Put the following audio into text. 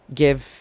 give